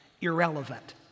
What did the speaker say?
irrelevant